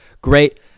great